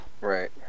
right